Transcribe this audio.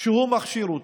שהוא מכשיר אותה.